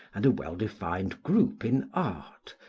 and a well-defined group in art,